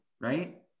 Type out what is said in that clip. right